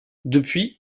depuis